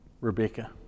Rebecca